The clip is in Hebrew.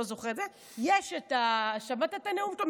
לא זוכרת שמעת את הנאום שלו?